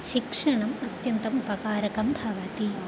शिक्षणम् अत्यन्तम् उपकारकं भवति